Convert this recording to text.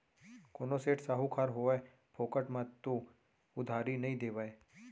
कोनो सेठ, साहूकार होवय फोकट म तो उधारी नइ देवय